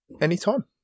anytime